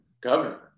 governor